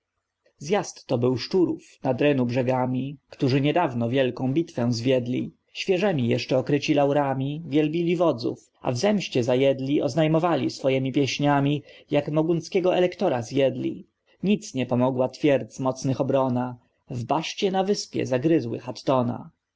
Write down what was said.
gromada zjazdto był szczurów nad renu brzegami którzy niedawno wielką bitwę zwiedli świeżemi jeszcze okryci laurami wielbili wodzów a w zemście zajedli oznajmowali swojemi pieśniami jak mogunckiego elektora zjedli nic nie pomogła twierdz mocnych obrona w baszcie na wyspie zagryzły hattona że